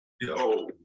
Yo